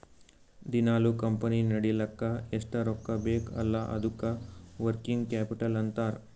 ದಿನಾಲೂ ಕಂಪನಿ ನಡಿಲ್ಲಕ್ ಎಷ್ಟ ರೊಕ್ಕಾ ಬೇಕ್ ಅಲ್ಲಾ ಅದ್ದುಕ ವರ್ಕಿಂಗ್ ಕ್ಯಾಪಿಟಲ್ ಅಂತಾರ್